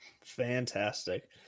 Fantastic